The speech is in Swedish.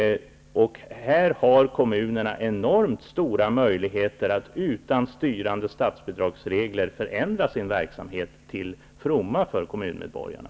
Här har kommunerna enormt stora möjligheter att utan styrande statsbidragsregler förändra sin verksamhet, till fromma för kommunmedborgarna.